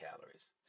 calories